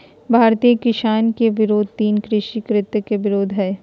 भारतीय किसान के विरोध तीन कृषि कृत्य के विरोध हलय